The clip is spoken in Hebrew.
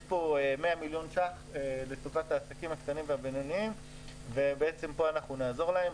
יש פה 100 מיליון ש"ח לטובת העסקים הקטנים והבינוניים ופה נעזור להם.